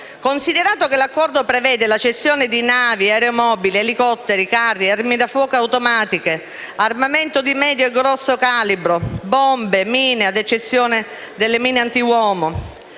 Considerato che l'accordo prevede la cessione di navi, aeromobili, elicotteri, carri armi da fuoco automatiche, armamento di medio e grosso calibro, bombe, mine (fatta eccezione per le mine anti-uomo),